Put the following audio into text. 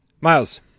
Miles